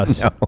No